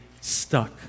stuck